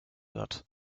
wird